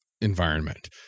environment